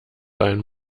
sein